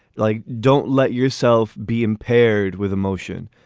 like, don't let yourself be impaired with emotion,